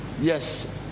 Yes